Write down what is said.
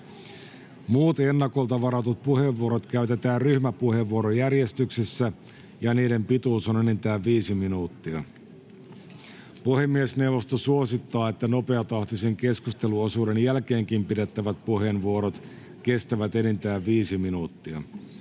Muut ennakolta varatut puheenvuorot käytetään ryhmäpuheenvuorojärjestyksessä, ja niiden pituus on enintään viisi minuuttia. Puhemiesneuvosto suosittaa, että nopeatahtisen keskusteluosuuden jälkeenkin pidettävät puheenvuorot kestävät enintään viisi minuuttia.